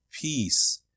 peace